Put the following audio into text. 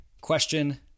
question